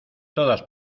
todas